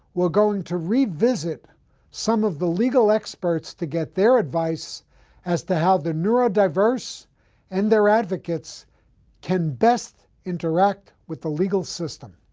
going to revisit some of the legal experts to get their advice as to how the neurodiverse and their advocates can best interact with the legal system.